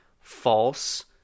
false